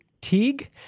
Teague